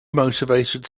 motivated